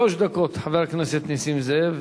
שלוש דקות, חבר הכנסת נסים זאב.